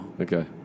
Okay